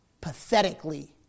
pathetically